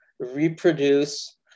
Reproduce